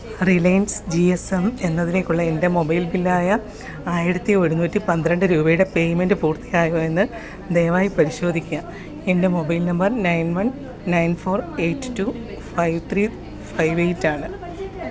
Reliance G S M എന്നതിലേക്കുള്ള എൻ്റെ mobile ബില്ലായ ആയിരത്തി ഒരുന്നൂറ്റി പന്ത്രണ്ട് രൂപയുടെ പേയ്മെൻറ്റ് പൂർത്തിയായോ എന്ന് ദയവായി പരിശോധിക്കുക എൻ്റെ mobile number nine one nine four eight two five three five എയിറ്റാണ്